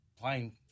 playing